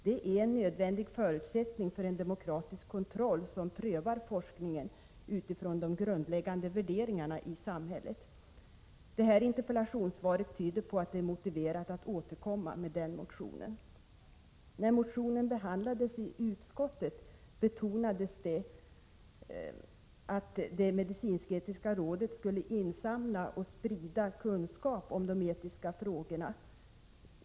Det är en nödvändig förutsättning för en demokratisk kontroll som prövar forskningen utifrån de grundläggande värderingarna i samhället. Det här interpellationssvaret tyder på att det är motiverat att återkomma med en motion. När min motion behandlades i utskottet betonades det att det medicinsk-etiska rådet skulle insamla och sprida kunskap om de etiska frågorna.